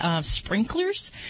sprinklers